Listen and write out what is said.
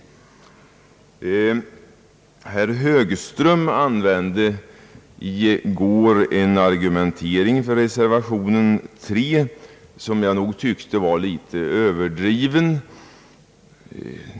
Herr Högström använde i går en argumentering för reservationen 3, som jag nog tyckte var litet överdriven.